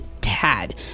tad